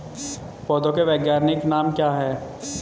पौधों के वैज्ञानिक नाम क्या हैं?